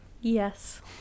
yes